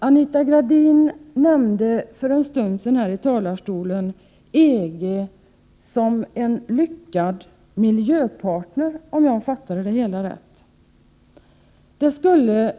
Anita Gradin nämnde för en stund sedan, i talarstolen, EG som en lyckad miljöpartner, om jag förstod det hela rätt.